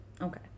okay